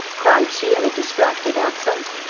cried she in a distracted accent,